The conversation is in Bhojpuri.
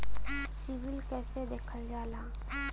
सिविल कैसे देखल जाला?